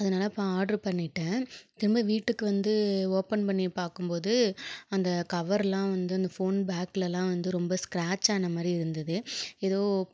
அதனால் அப்போ ஆட்ரு பண்ணிவிட்டேன் திரும்ப வீட்டுக்கு வந்து ஓப்பன் பண்ணி பார்க்கும்போது அந்த கவர்லாம் வந்து அந்த ஃபோன் பேக்லலாம் வந்து ரொம்ப ஸ்கிராச் ஆனமாதிரி இருந்தது ஏதோ